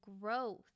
growth